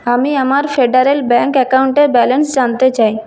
আমি আমার Federal Bank অ্যাকাউন্টের ব্যালেন্স জানতে চাই